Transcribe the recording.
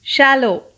Shallow